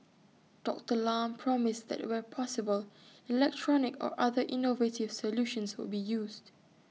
Doctor Lam promised that where possible electronic or other innovative solutions would be used